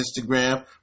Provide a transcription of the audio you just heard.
Instagram